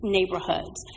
Neighborhoods